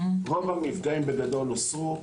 רוב המפגעים הוסרו.